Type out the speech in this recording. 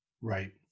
Right